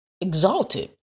exalted